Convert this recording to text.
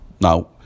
Now